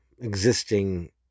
existing